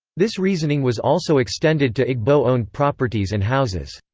this reasoning was also extended to igbo-owned properties and houses.